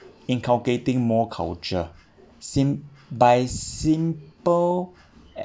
inculcating more culture sim~ by simple